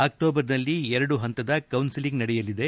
ಅಕ್ಷೋಬರ್ನಲ್ಲಿ ಎರಡು ಹಂತದ ಕೌನ್ಲೆಲಿಂಗ್ ನಡೆಯಲಿದೆ